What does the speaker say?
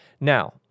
Now